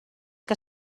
que